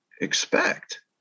expect